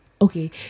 Okay